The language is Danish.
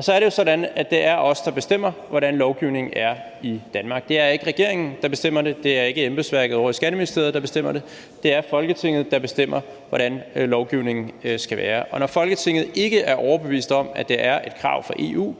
Så er det jo sådan, at det er os, der bestemmer, hvordan lovgivningen er i Danmark. Det er ikke regeringen, der bestemmer det, det er ikke embedsværket ovre i Skatteministeriet, der bestemmer det, det er Folketinget, der bestemmer, hvordan lovgivningen skal være. Og når Folketinget ikke er overbevist om, at det er et krav fra EU,